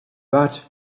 but